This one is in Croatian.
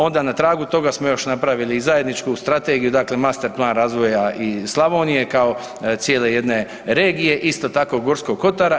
Onda na tragu toga smo još napravili i zajedničku strategiju, dakle master plan razvoja i Slavonije kao cijele jedne regije, isto tako Gorskog kotara.